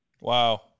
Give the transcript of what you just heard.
Wow